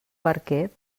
barquer